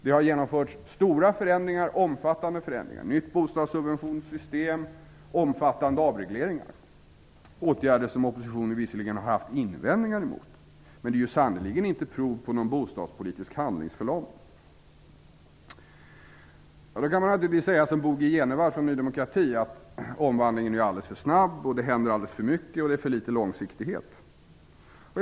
Det har genomförts stora och omfattande förändringar: nytt bostadssubventionssystem och omfattande avregleringar. Det är åtgärder som oppositionen visserligen har haft invändningar emot, men de är sannerligen inte prov på någon bostadspolitisk handlingsförlamning. Man kan naturligtvis säga som Bo G Jenevall från Ny demokrati: Omvandlingen är alldeles för snabb, det händer alldeles för mycket och det är för litet långsiktighet.